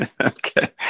Okay